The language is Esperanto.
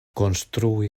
konstrui